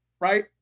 right